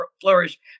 flourish